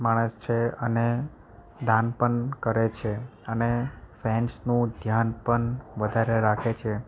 માણસ છે અને દાન પણ કરે છે અને ફેન્સનું ધ્યાન પણ વધારે રાખે છે